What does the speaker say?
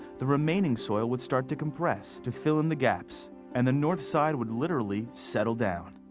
the remaining soil would start to compress to fill in the gaps and the north side would literally settle down.